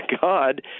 God